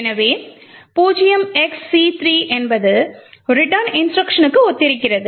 எனவே 0xC3 என்பது return இன்ஸ்ட்ருக்ஷனுக்கு ஒத்திருக்கிறது